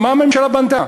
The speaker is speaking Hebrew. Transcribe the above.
מה הממשלה בנתה?